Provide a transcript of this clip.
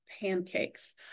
pancakes